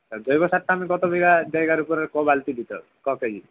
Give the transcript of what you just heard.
আর জৈব সারটা আমি কত বিঘা জায়গার উপরে কবালতি দিতে ককেজি